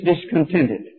discontented